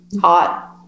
hot